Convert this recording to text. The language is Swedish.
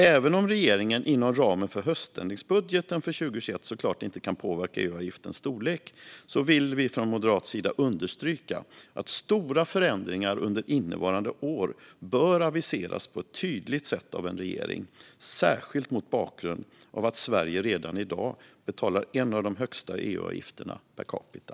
Även om regeringen inom ramen för höständringsbudgeten för 2021 såklart inte kan påverka EU-avgiftens storlek vill vi från moderat sida understryka att stora förändringar under innevarande år bör aviseras på ett tydligt sätt av en regering, särskilt mot bakgrund av att Sverige redan i dag betalar en av de högsta EU-avgifterna per capita.